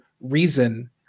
reason